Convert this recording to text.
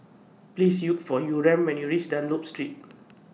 Please Look For Yurem when YOU REACH Dunlop Street